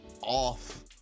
off